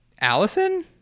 allison